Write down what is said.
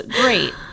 Great